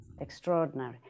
Extraordinary